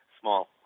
small